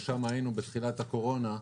ושם היינו בתחילת הקורונה,